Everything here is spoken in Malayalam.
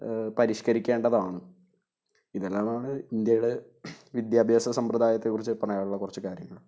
പരിഷ്കരിക്കേണ്ടതാണ് ഇതെല്ലാമാണ് ഇന്ത്യയുടെ വിദ്യാഭ്യാസ സമ്പ്രദായത്തെകുറിച്ച് പറയാനുള്ള കുറച്ച് കാര്യങ്ങൾ